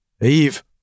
Eve